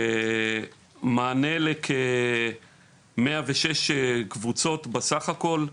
עם מענה לכ-106 קבוצות בסך הכל,